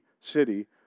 city